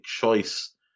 choice